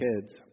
kids